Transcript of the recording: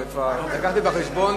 אבל כבר לקחתי בחשבון,